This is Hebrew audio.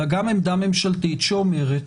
אלא גם עמדה ממשלתית שאומרת,